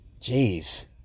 Jeez